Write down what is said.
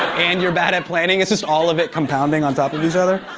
and you're bad at planning. it's just all of it compounding on top of each other.